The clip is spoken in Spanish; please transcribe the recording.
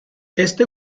éste